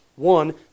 One